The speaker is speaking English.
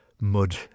mud